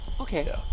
Okay